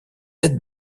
tête